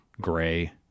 gray